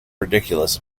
ridiculous